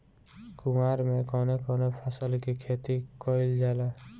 कुवार में कवने कवने फसल के खेती कयिल जाला?